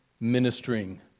ministering